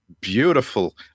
beautiful